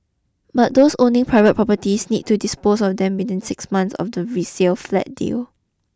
but those owning private properties need to dispose on them within six months of the resale flat deal